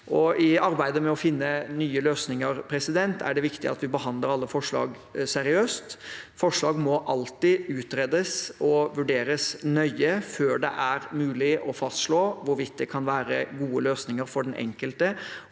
I arbeidet med å finne nye løsninger er det viktig at vi behandler alle forslag seriøst. Forslag må alltid utredes og vurderes nøye før det er mulig å fastslå hvorvidt det kan være gode løsninger for den enkelte